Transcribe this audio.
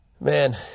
Man